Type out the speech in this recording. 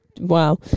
Wow